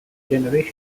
generations